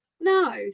No